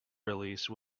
release